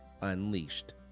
unleashed